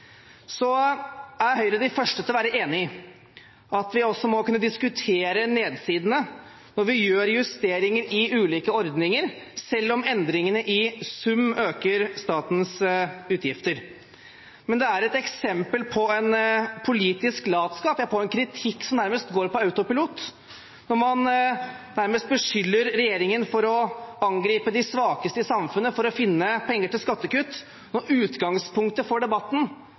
Så er Høyre den første til å være enig i at vi også må kunne diskutere nedsidene når vi foretar justeringer i ulike ordninger, selv om endringene i sum øker statens utgifter. Men det er et eksempel på politisk latskap, en kritikk som går på autopilot, når man nærmest beskylder regjeringen for å angripe de svakeste i samfunnet for å finne penger til skattekutt, når utgangspunktet for debatten